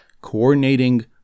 Coordinating